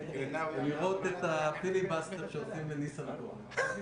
יכולה לעכב או למנוע מהכנסת לחוקק --- אבל אמר,